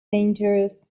dangerous